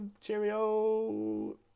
Cheerio